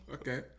Okay